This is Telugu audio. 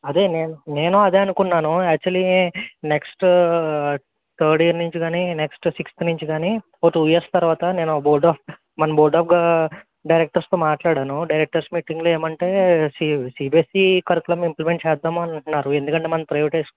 అదే నేన్ నేనూ అదే అనుకున్నాను యాక్చల్లీ నెక్స్టు థర్డ్ ఇయర్ నుంచి కానీ నెక్స్ట్ సిక్స్త్ నుంచి కానీ ఒక టూ ఇయర్స్ తరువాత నేను బోర్డ మన బోర్ద్ ఆఫ్ గా డైరెక్టర్స్తో మాట్లాడాను డైరెక్టర్స్ మీటింగ్లో ఏమంటే సీ సీబీఎస్ఈ కరిక్యులం ఇంప్లిమెంట్ చేద్దాము అంటున్నారు ఎందుకంటే మనం ప్రైవేటైజ్